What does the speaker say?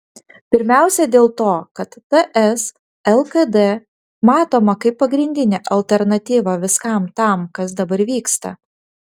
pirmiausia dėl to kad ts lkd matoma kaip pagrindinė alternatyva viskam tam kas dabar vyksta